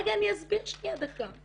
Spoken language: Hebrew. אני אסביר שנייה, דקה.